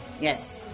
Yes